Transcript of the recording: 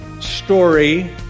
story